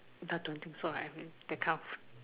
uh don't think so right that kind of